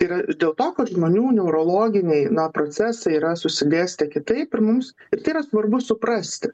tai yra dėl to kad žmonių neurologiniai procesai yra susidėstę kitaip ir mums ir tai yra svarbu suprasti